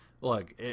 look